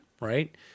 right